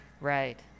Right